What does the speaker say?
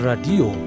Radio